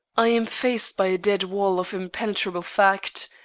i am faced by a dead wall of impenetrable fact,